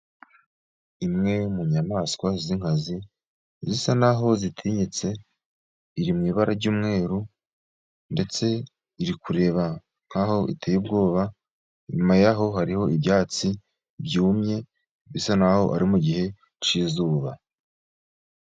Imwe mu nyamaswa z'inkazi, zisa n'aho zitinyitse, iri mu ibara ry'umweru, ndetse iri kureba nk'aho iteye ubwoba, inyuma yaho hariho ibyatsi byumye, bisa n'aho ari mu mugihe cy'izuba.